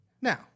now